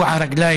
גליק.